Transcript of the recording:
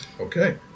Okay